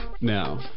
now